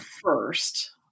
first